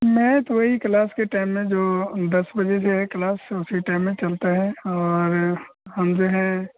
math वही class के time में जो दस बजे से है क्लास उसी टाईम में चलता है और हम जो हैं